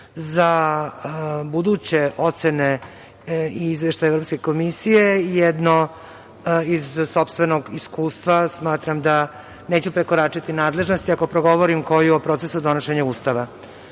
za buduće ocene izveštaja Evropske komisije, jedno iz sopstvenog iskustva. Smatram da neću prekoračiti nadležnosti, ako progovorim koju o procesu donošenja